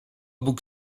bóg